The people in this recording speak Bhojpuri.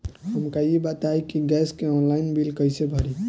हमका ई बताई कि गैस के ऑनलाइन बिल कइसे भरी?